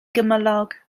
gymylog